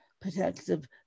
Protective